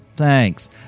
Thanks